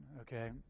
okay